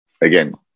Again